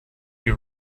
you